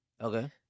Okay